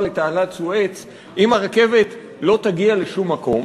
לתעלת סואץ אם הרכבת לא תגיע לשום מקום?